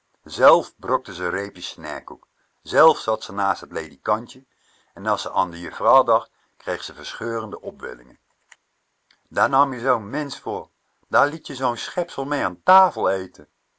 brokte ze reepjes snijkoek zelf zat ze naast het ledikantje en as ze an de juffrouw dacht kreeg ze verscheurende opwellingen daar nam je zoo'n mensch voor daar liet je zoo'n schepsel mee an tafel eten